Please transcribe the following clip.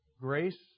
grace